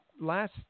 last